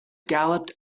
galloped